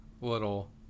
little